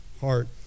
heart